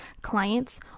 clients